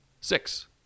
six